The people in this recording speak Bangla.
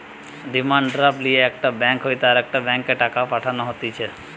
ডিমান্ড ড্রাফট লিয়ে একটা ব্যাঙ্ক হইতে আরেকটা ব্যাংকে টাকা পাঠানো হতিছে